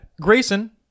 Grayson